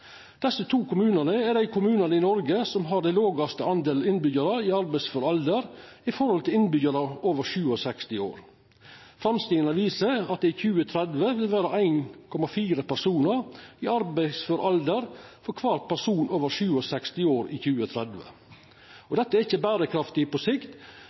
Desse to kommunane er dei kommunane i Noreg som har den lågaste delen innbyggjarar i arbeidsfør alder i forhold til innbyggjarar over 67 år. Framskrivingane viser at det i 2030 vil vera 1,4 personar i arbeidsfør alder for kvar person over 67 år. Dette er ikkje berekraftig på sikt,